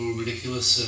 ridiculous